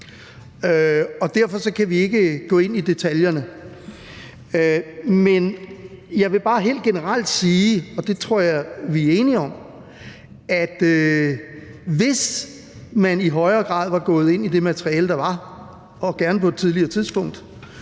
derfor kan vi ikke gå ind i detaljerne. Men jeg vil bare helt generelt sige, og det tror jeg vi er enige om, at hvis man i højere grad var gået ind i det materiale, der var, og gerne på et tidligere tidspunkt,